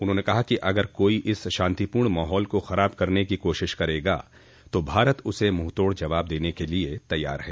उन्होंने कहा कि अगर कोई इस शांतिपूर्ण माहौल को खराब करने की कोशिश करेगा तो भारत उसे मुंहतोड़ जवाब देने के लिए तैयार है